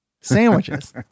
sandwiches